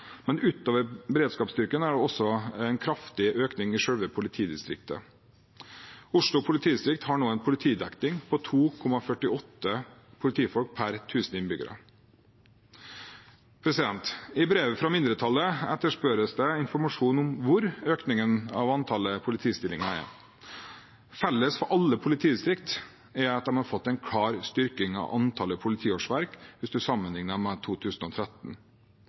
men utover beredskapsstyrken er det også en kraftig økning i selve politidistriktet. Oslo politidistrikt har nå en politidekning på 2,48 politifolk per tusen innbyggere. I brevet fra mindretallet etterspørres det informasjon om hvor økningen av antallet politistillinger er. Felles for alle politidistrikt er at de har fått en klar styrking av antallet politifolk hvis en sammenligner med 2013.